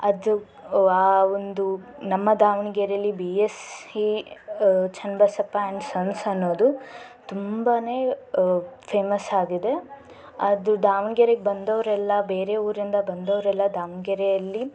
ಅದು ಒಂದು ನಮ್ಮ ದಾವಣಗೆರೆಲಿ B S C Channabasappa and sons ಅನ್ನೋದು ತುಂಬಾ ಫೇಮಸ್ ಆಗಿದೆ ಅದು ದಾವಣ್ಗೆರೆಗೆ ಬಂದವರೆಲ್ಲ ಬೇರೆ ಊರಿಂದ ಬಂದವರೆಲ್ಲ ದಾವಣಗೆರೆಯಲ್ಲಿ